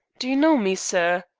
do you know me, sir?